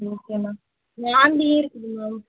okay ma'am வாந்தியும் இருக்குது ma'am